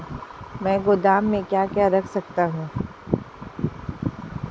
मैं गोदाम में क्या क्या रख सकता हूँ?